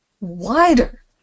wider